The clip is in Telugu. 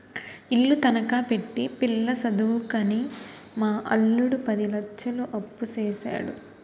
ఇల్లు తనఖా పెట్టి పిల్ల సదువుకని మా అల్లుడు పది లచ్చలు అప్పుసేసాడు